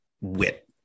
wit